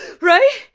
right